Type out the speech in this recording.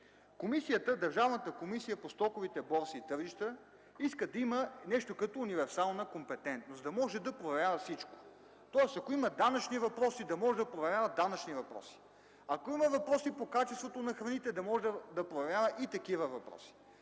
Държавната комисия по стоковите борси и тържища иска да има нещо като универсална компетентност, за да може да проверява всичко. Тоест ако има данъчни въпроси, да може да проверява данъчни въпроси. Ако има въпроси по качеството на храните – да може да проверява и такива въпроси.